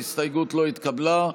ההסתייגות לא התקבלה.